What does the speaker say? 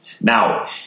Now